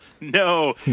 No